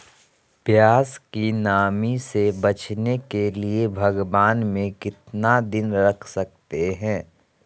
प्यास की नामी से बचने के लिए भगवान में कितना दिन रख सकते हैं?